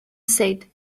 said